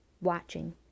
watching